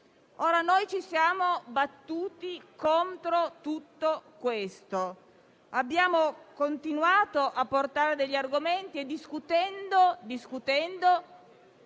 Noi ci siamo battuti contro tutto questo ed abbiamo continuato a portare degli argomenti discutendo, anche